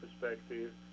perspective